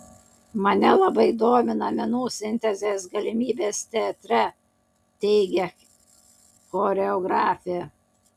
mane labai domina menų sintezės galimybės teatre teigia choreografė